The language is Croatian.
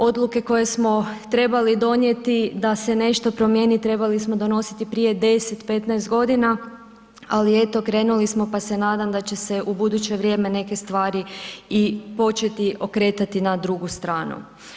Odluke koje smo trebali donijeti da se nešto promijeni, trebali smo donositi prije 10, 15 godina, ali eto, krenuli smo pa se nadam da će se u buduće vrijeme neke stvari i početi okretati na drugu stranu.